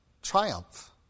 Triumph